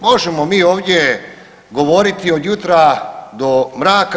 Možemo mi ovdje govoriti od jutra do mraka.